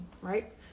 right